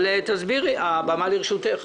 אורלי, תסבירי, הבמה לרשותך.